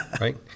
Right